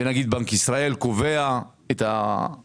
וזה נכון שנגיד בנק ישראל קובע את הריבית,